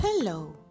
Hello